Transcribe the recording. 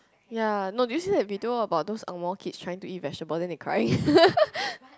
ya no did you see that video about those Angmoh kids trying to eat vegetables then they cry